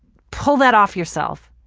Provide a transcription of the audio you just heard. pull that off yourself.